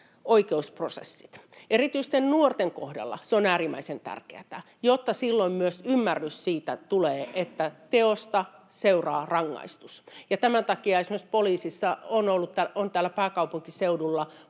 oikeusprosessit. Erityisesti nuorten kohdalla se on äärimmäisen tärkeätä, jotta silloin myös tulee ymmärrys siitä, että teosta seuraa rangaistus. Tämän takia esimerkiksi poliisissa on pääkaupunkiseudulla